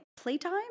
playtime